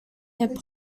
hip